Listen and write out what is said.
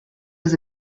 was